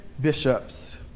bishops